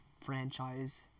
franchise